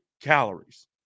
calories